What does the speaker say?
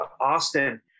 Austin